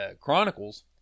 Chronicles